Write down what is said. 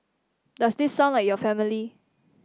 does this sound like your family